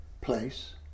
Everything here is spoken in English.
place